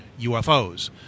UFOs